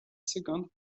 second